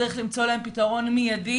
צריך למצוא להם פתרון מיידי,